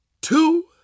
two